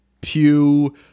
pew